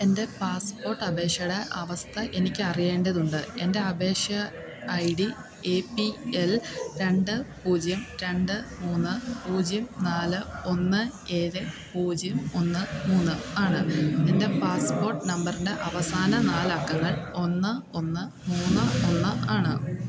എൻ്റെ പാസ്പോർട്ട് അപേക്ഷയുടെ അവസ്ഥ എനിക്ക് അറിയേണ്ടതുണ്ട് എൻ്റെ അപേക്ഷ I D A P L രണ്ട് പൂജ്യം രണ്ട് മൂന്ന് പൂജ്യം നാല് ഒന്ന് ഏഴ് പൂജ്യം ഒന്ന് മൂന്ന് ആണ് എൻ്റെ പാസ്പോർട്ട് നമ്പറിൻ്റെ അവസാന നാല് അക്കങ്ങൾ ഒന്ന് ഒന്ന് മൂന്ന് ഒന്ന് ആണ്